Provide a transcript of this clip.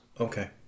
Okay